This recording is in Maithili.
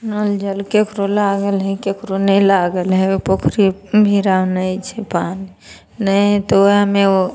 नल जल केकरो लागल हइ केकरो नहि लागल हइ ओ पोखरिमे भीड़ा नहि छै बाॅंध नहि हइ तऽ वएहमे ओ